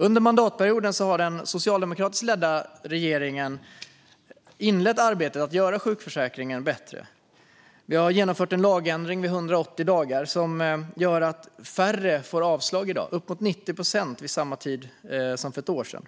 Under mandatperioden har den socialdemokratiskt ledda regeringen inlett arbetet med att göra sjukförsäkringen bättre. Vi har genomfört en lagändring vid 180 dagar som gör att uppåt 90 procent färre får avslag i dag jämfört med samma tid för ett år sedan.